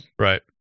Right